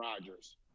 Rodgers